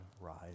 rise